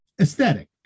aesthetic